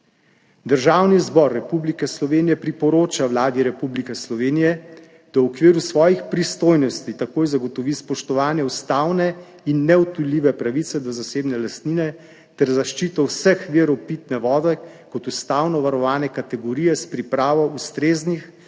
»Državni zbor Republike Slovenije priporoča Vladi Republike Slovenije, da v okviru svojih pristojnosti takoj zagotovi spoštovanje ustavne in neodtujljive pravice do zasebne lastnine ter zaščito vseh virov pitne vode kot ustavno varovane kategorije s pripravo ustreznih